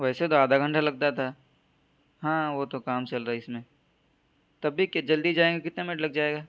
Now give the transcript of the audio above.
ویسے تو آدھا گھنٹہ لگتا تھا ہاں وہ تو کام چل رہا اس میں تب بھی کہ جلدی جائیں گے کتنا منٹ لگ جائے گا